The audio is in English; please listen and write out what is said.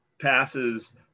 passes